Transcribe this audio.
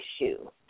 issue